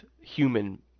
human